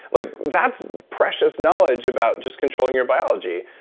like that's precious knowledge about, just controlling your biology,